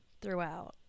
throughout